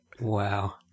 Wow